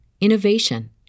innovation